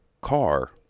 car